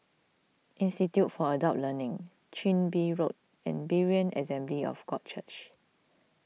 Institute for Adult Learning Chin Bee Road and Berean Assembly of God Church